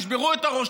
תשברו את הראש,